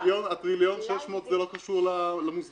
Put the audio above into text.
--- הטריליון ו-600 מיליארד שקל לא קשור למוסדרים,